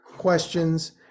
questions